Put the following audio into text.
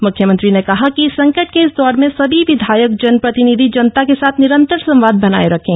मुख्यमंत्री ने कहा कि संकट के इस दौर में सभी विधायक जनप्रतिनिधि जनता के साथ निरंतर संवाद बनाए रखें